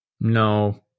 No